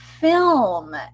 film